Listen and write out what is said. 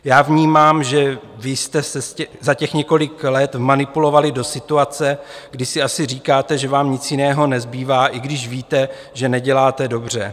Já vnímám, že vy jste se za těch několik let vmanipulovali do situace, kdy si asi říkáte, že vám nic jiného nezbývá, i když víte, že neděláte dobře.